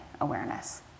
awareness